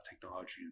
technology